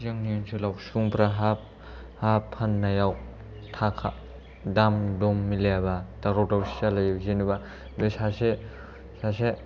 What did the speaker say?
जोंनि ओनसोलाव सुंग्रा हा फाननायाव थाखा दाम दम मिलायाबा दावराव दावसि जालायो जेनेबा बे सासे